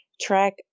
track